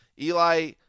Eli